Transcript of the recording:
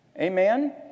Amen